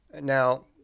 Now